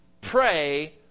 pray